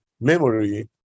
memory